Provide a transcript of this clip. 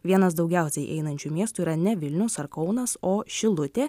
vienas daugiausiai einančių miestų yra ne vilnius ar kaunas o šilutė